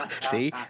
See